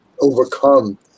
overcome